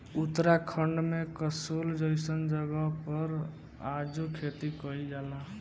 उत्तराखंड में कसोल जइसन जगह पर आजो खेती कइल जाला